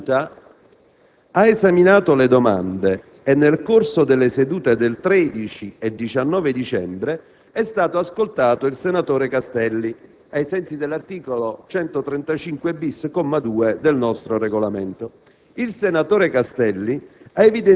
La Giunta ha esaminato la domanda e, nel corso delle sedute del 13 e 19 dicembre 2006, è stato ascoltato il senatore Castelli, ai sensi dell'articolo 135-*bis*, comma 2, del nostro Regolamento.